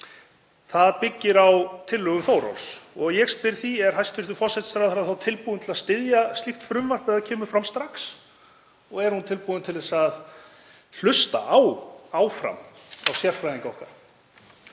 Það byggir á tillögum Þórólfs. Ég spyr því: Er hæstv. forsætisráðherra tilbúin til að styðja slíkt frumvarp ef það kemur fram strax og er hún tilbúin til að hlusta áfram á sérfræðingana okkar?